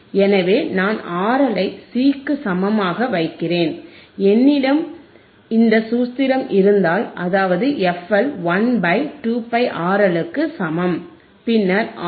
எனவே நான் RL ஐ C க்கு சமமாக வைக்கிறேன் என்னிடம் இந்த சூத்திரம் இருந்தால் அதாவது fL 1 பை 2πRL க்கு சமம் பின்னர் ஆர்